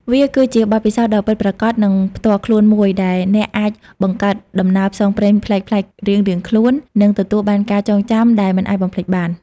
វាគឺជាបទពិសោធន៍ដ៏ពិតប្រាកដ និងផ្ទាល់ខ្លួនមួយ ដែលអ្នកអាចបង្កើតដំណើរផ្សងព្រេងប្លែកៗរៀងៗខ្លួន និងទទួលបានការចងចាំដែលមិនអាចបំភ្លេចបាន។